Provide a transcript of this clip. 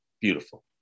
Beautiful